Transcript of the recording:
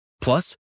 Plus